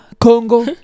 Congo